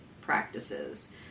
practices